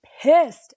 pissed